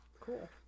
Cool